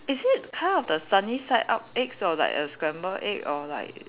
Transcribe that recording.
is it kind of the sunny side up eggs or like a scrambled egg or like